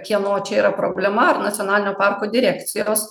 kieno čia yra problema ar nacionalinio parko direkcijos